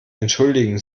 entschuldigen